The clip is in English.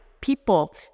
people